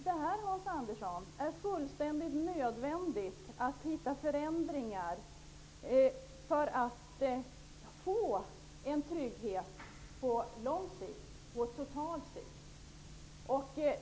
Det är helt nödvändigt att genomföra förändringar för att åstadkomma en trygghet på lång sikt och totalt sett, Hans Andersson.